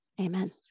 Amen